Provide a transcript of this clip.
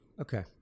Okay